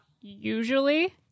usually